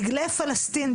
דגלי פלסטין,